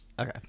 okay